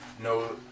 no